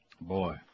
Boy